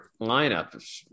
lineup